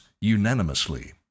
unanimously